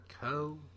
co